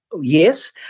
yes